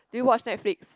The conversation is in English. do you watch Netflix